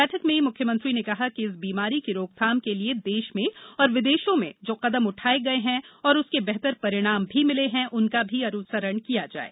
बैठक में मुख्यमंत्री ने कहा कि इस बीमारी की रोकथाम के लिए देश में और विदेशों में जो कदम उठाए गए हैं और उसके बेहतर परिणाम भी मिले हैं उनका भी अनुसरण किया जाये